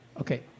Okay